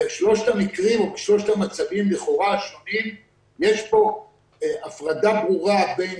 בשלושת המקרים או בשלושת המצבים לכאורה השונים יש פה הפרדה ברורה בין